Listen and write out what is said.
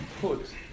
put